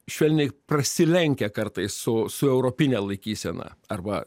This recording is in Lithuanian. švelniai prasilenkia kartais su su europine laikysena arba